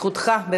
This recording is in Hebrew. זכותך.